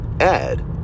add